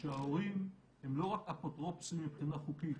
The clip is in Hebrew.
שההורים הם לא רק אפוטרופסים מבחינה חוקית.